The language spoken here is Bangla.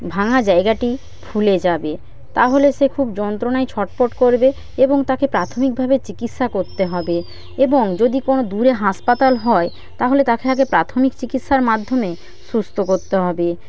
ভাঙা জায়গাটি ফুলে যাবে তাহলে সে খুব যন্ত্রনায় ছটফট করবে এবং তাকে প্রাথমিকভাবে চিকিৎসা করতে হবে এবং যদি কোনো দূরে হাসপাতাল হয় তাহলে তাকে আগে প্রাথমিক চিকিৎসার মাধ্যমে সুস্থ করতে হবে